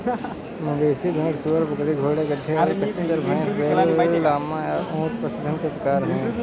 मवेशी, भेड़, सूअर, बकरी, घोड़े, गधे, और खच्चर, भैंस, बैल, लामा, या ऊंट पशुधन के प्रकार हैं